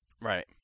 Right